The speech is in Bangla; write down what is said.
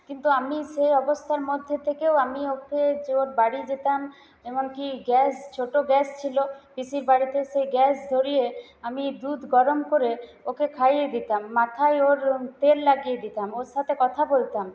কিন্তু আমি সে অবস্থার মধ্যে থেকেও আমি ওকে ওর বাড়ি যেতাম এমনকি গ্যাস ছোটো গ্যাস ছিলো পিসির বাড়িতে সেই গ্যাস ধরিয়ে আমি দুধ গরম করে ওকে খাইয়ে দিতাম মাথায় ওর তেল লাগিয়ে দিতাম ওর সাথে কথা বলতাম